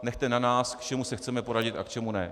Nechte na nás, k čemu se chceme poradit a k čemu ne.